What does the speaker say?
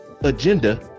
agenda